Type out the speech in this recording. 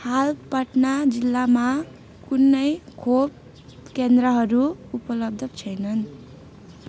हाल पटना जिल्लामा कुनै खोप केन्द्रहरू उपलब्ध छैनन्